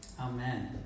Amen